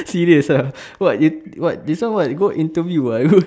serious ah what you what this one what go interview ah